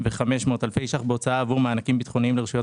אלפי ש"ח בהוצאה עבור מענקים ביטחוניים לרשויות